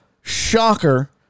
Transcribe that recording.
Shocker